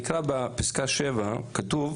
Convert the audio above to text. בפסקה 7 כתוב: